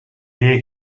hear